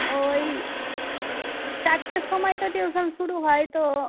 ওই চারটের সময় তো টিউশান শুরু হয় তো